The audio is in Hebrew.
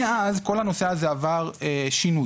מאז כל הנושא הזה עבר שינוי,